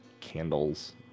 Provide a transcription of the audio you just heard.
candles